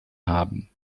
haben